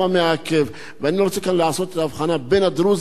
אני רוצה כאן לעשות את ההבחנה בין הדרוזים לבין הערבים,